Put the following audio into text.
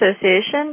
Association